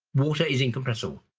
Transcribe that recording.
water is incompressible.